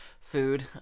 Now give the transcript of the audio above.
food